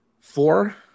four